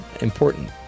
important